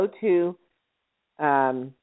go-to